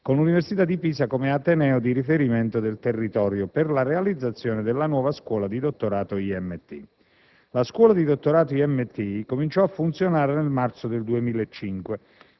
con l'Università di Pisa, ateneo di riferimento del territorio, per la realizzazione della nuova scuola di dottorato IMT. Tale scuola cominciò a funzionare nel marzo 2005